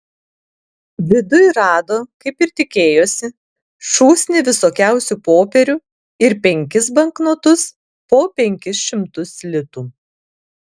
viduj rado kaip ir tikėjosi šūsnį visokiausių popierių ir penkis banknotus po penkis šimtus litų